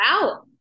Wow